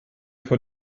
von